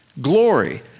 glory